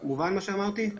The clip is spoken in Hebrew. מובן מה שאמרתי?